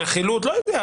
לא יודע,